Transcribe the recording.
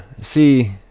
see